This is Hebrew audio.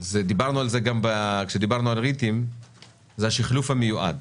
דיברנו על זה גם כשדיברנו על ריטים זה השחלוף המיועד,